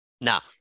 Now